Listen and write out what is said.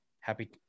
Happy